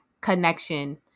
connection